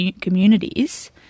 communities